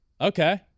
Okay